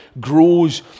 grows